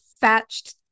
thatched